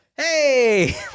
hey